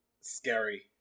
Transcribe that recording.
Scary